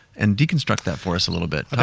and deconstruct that for us a little bit.